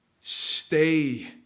stay